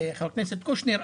חבר הכנסת קושניר,